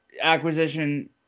Acquisition